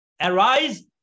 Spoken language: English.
arise